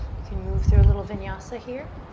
you can move through a little vinyasa here.